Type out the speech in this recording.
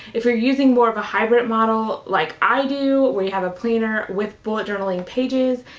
if you're using more of a hybrid model, like i do, where you have a planner with bullet journaling pages,